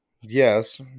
yes